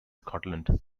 scotland